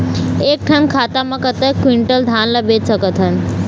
एक ठन खाता मा कतक क्विंटल धान ला बेच सकथन?